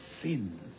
sins